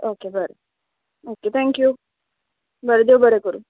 okay बरें okay thank you बरें देव बरें करूं